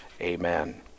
Amen